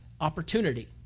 Opportunity